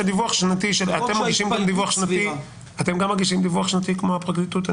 גם אתם מגישים דיווח שנתי כמו הפרקליטות?